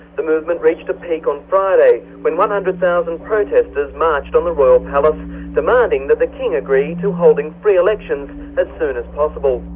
the movement reached a peak on friday, when one hundred thousand protesters marched on the royal palace demanding that the king agreed to holding free elections as soon as possible.